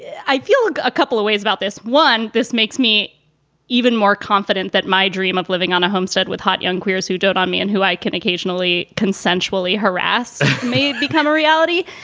i feel a couple of ways about this one. this makes me even more confident that my dream of living on a homestead with hot young queers who dote on me and who i can occasionally consensually harass me, become a reality.